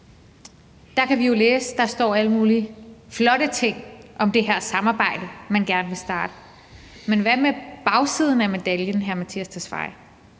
kan vi jo læse, at der står alle mulige flotte ting om det her samarbejde, man gerne vil starte, men hvad med bagsiden af medaljen, hr. Mattias Tesfaye?